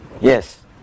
Yes